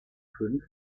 fünf